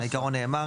נכון, העיקרון נאמר.